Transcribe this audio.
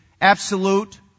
absolute